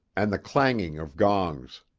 and the clanging of gongs.